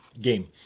game